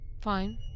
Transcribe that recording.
fine